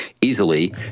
easily